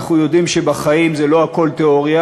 אנחנו יודעים שבחיים לא הכול תיאוריה,